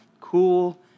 cool